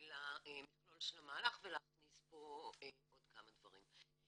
למכלול של המהלך ולהכניס פה עוד כמה דברים.